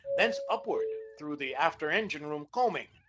thence upward through the after engine-room coaming,